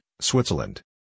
Switzerland